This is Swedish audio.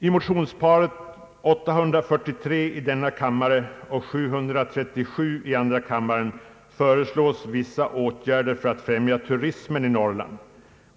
I motionsparet I: 737 och II: 843 föreslås vissa åtgärder för att främja turismen i Norrland.